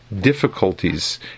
Difficulties